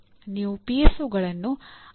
ನೀವು ಪಿಎಸ್ಒಗಳನ್ನು ಆಗಾಗ್ಗೆ ಪರಿಶೀಲಿಸುತ್ತಿಲ್ಲ